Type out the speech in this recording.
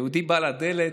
היהודי בא לדלת,